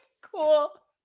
cool